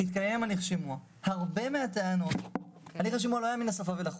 התקיים הליך שימוע, שלא היה מן השפה ולחוץ.